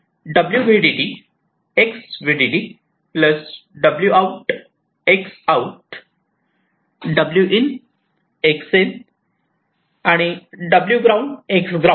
W VDD X VDD plus W out X out W in X in आणि W ground X ground